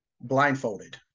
blindfolded